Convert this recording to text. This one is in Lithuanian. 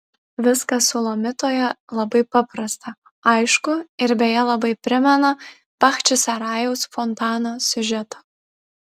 viskas sulamitoje labai paprasta aišku ir beje labai primena bachčisarajaus fontano siužetą